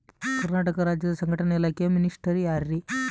ಕರ್ನಾಟಕ ರಾಜ್ಯದ ಸಂಘಟನೆ ಇಲಾಖೆಯ ಮಿನಿಸ್ಟರ್ ಯಾರ್ರಿ?